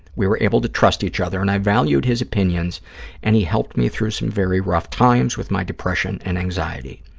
we were able to trust each other and i valued his opinions and he helped me through some very rough times with my depression and anxiety.